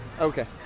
Okay